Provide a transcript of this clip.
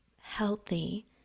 healthy